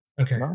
Okay